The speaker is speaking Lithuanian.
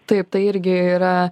taip tai irgi yra